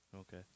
Okay